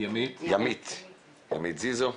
ימית זיזו.